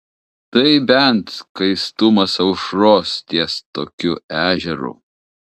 tai bent skaistumas aušros ties tokiu ežeru